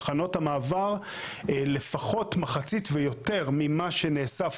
תחנות המעבר לפחות מחצית או יותר ממה שנאסף